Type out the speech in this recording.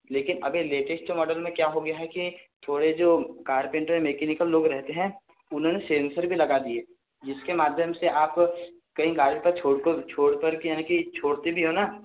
लेकिन अब ये लेटेस्ट मॉडल में क्या हो गया है कि थोड़े जो कारपेंटर मैकेनिकल लोग रहते हैं उन्होंने सेंसर भी लगा दिये जिसके माध्यम से आप कही गाड़ी को छोड़कर छोड़ करके यानी के छोड़ते भी हो ना